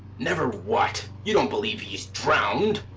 never what! you don't believe he's drowned.